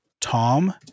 Tom